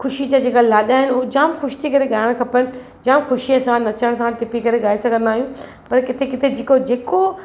ख़ुशी जा जेके लाॾा आहिनि उहे जामु ख़ुशि थी करे ॻाइणु खपनि जामु ख़ुशीअ सां नचणु सां टिपी करे ॻाए सघंदा आहियूं पर किथे किथे जेको जेको